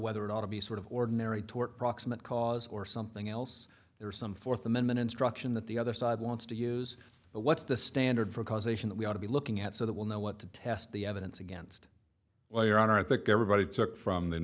whether it ought to be sort of ordinary tort proximate cause or something else there are some fourth amendment instruction that the other side wants to use but what's the standard for causation that we ought to be looking at so that will know what to test the evidence against well your honor i think everybody took from the